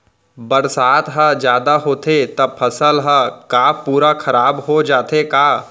बरसात ह जादा होथे त फसल ह का पूरा खराब हो जाथे का?